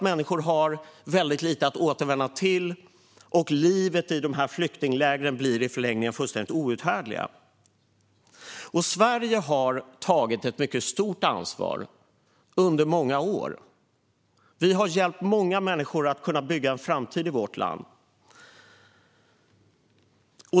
Människor har väldigt lite att återvända till, och livet i flyktinglägren blir i förlängningen fullständigt outhärdligt. Sverige har tagit ett mycket stort ansvar under många år. Vi har hjälpt många människor att kunna bygga en framtid i vårt land.